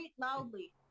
loudly